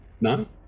none